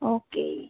okay